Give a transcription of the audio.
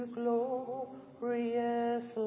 glorious